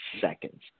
seconds